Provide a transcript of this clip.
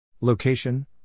location